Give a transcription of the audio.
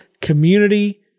Community